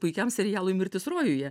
puikiam serialui mirtis rojuje